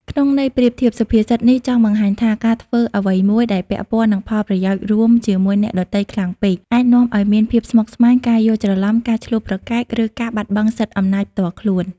ក្នុងន័យប្រៀបធៀប សុភាសិតនេះចង់បង្ហាញថា ការធ្វើអ្វីមួយដែលពាក់ព័ន្ធនឹងផលប្រយោជន៍រួមជាមួយអ្នកដទៃខ្លាំងពេក អាចនាំឲ្យមានភាពស្មុគស្មាញ ការយល់ច្រឡំ ការឈ្លោះប្រកែក ឬការបាត់បង់សិទ្ធិអំណាចផ្ទាល់ខ្លួន។